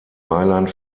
mailand